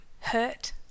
hurt